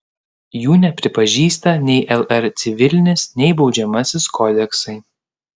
jų nepripažįsta nei lr civilinis nei baudžiamasis kodeksai